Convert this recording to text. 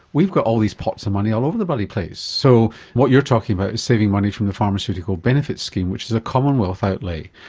we've got all these pots of money all over the bloody place, so what you're talking about is saving money from the pharmaceutical benefits scheme, which is a commonwealth outlay.